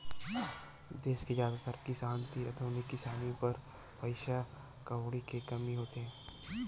देस के जादातर किसान तीर आधुनिक किसानी बर पइसा कउड़ी के कमी होथे